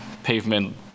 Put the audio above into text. pavement